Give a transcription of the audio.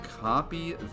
Copy